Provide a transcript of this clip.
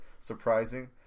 surprising